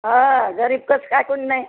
हो गरीब कसं काय कोणी नाही